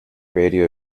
radio